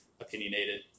opinionated